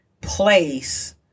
place